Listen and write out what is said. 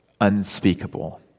unspeakable